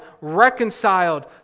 reconciled